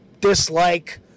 dislike